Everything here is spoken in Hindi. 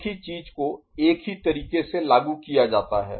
एक ही चीज को एक ही तरीके से लागू किया जाता है